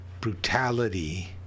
Brutality